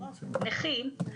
נכים,